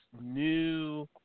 new